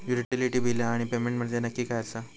Utility बिला आणि payment म्हंजे नक्की काय आसा?